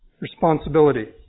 responsibility